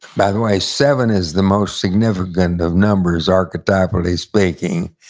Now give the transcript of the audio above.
by the way, seven is the most significant of numbers archetypally-speaking,